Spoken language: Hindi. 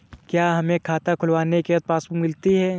क्या हमें खाता खुलवाने के बाद पासबुक मिलती है?